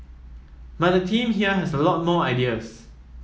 but the team here has a lot more ideas